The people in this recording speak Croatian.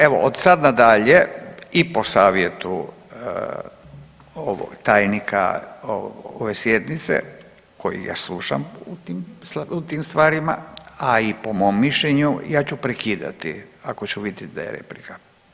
Evo od sad na dalje i po savjetu tajnika ove sjednice kojega slušam u tim stvarima, a i po mom mišljenju ja ću prekidati ako ću vidjeti da je replika.